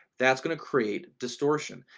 that's going to create distortion.